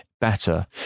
better